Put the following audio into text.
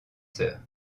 sœurs